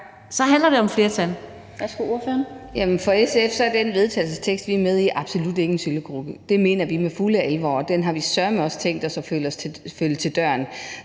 Broman Mølbæk (SF): Jamen for SF er den vedtagelsestekst, vi er med i, absolut ikke en syltekrukke. Den mener vi i fuldt alvor, og den har vi søreme også tænkt os at følge til dørs.